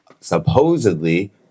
supposedly